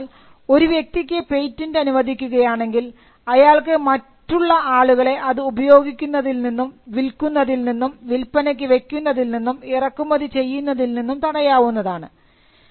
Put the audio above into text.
എന്തുകൊണ്ടെന്നാൽ ഒരു വ്യക്തിക്ക് പേറ്റൻറ് patenta0 അനുവദിക്കുകയാണെങ്കിൽ അയാൾക്ക് മറ്റാളുകളെ അത് ഉപയോഗിക്കുന്നതിൽ നിന്നും വിൽക്കുന്നതിൽ നിന്നും വില്പനയ്ക്ക് വയ്ക്കുന്നതിൽ നിന്നും ഇറക്കുമതി ചെയ്യുന്നതിൽ നിന്നും തടയാവുന്നതാണ്